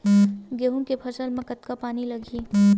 गेहूं के फसल म कतका पानी लगही?